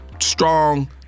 Strong